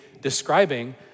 describing